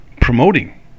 promoting